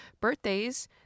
birthdays